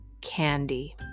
Candy